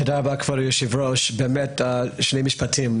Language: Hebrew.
תודה רבה, כבוד היושב-ראש, שני משפטים.